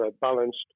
balanced